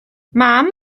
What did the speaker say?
mam